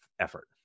effort